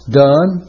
done